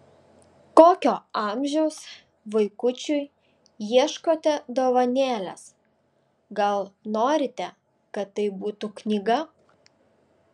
kokio amžiaus vaikučiui ieškote dovanėlės gal norite kad tai būtų knyga